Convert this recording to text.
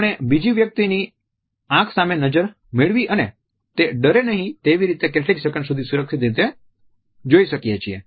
આપણે બીજી વ્યક્તિની આંખ સામે નજર મેળવી અને તે ડરે નહિ તેવી રીતે કેટલી સેકંડ સુધી સુરક્ષિત રીતે જોઈ શકીએ છીએ